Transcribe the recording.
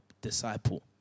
disciple